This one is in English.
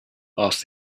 asked